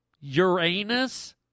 Uranus